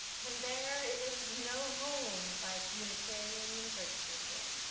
and there is no home like unitarian universalism.